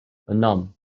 enam